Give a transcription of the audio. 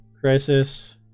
crisis